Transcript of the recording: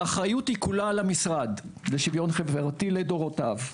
האחריות היא כולה על המשרד לשוויון חברתי לדורותיו.